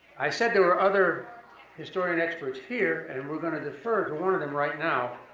i said there were other historian experts here, and we're gonna defer to one of them right now.